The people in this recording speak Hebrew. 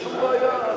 אין שום בעיה,